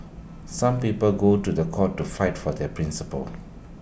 some people go to The Court to flight for their principles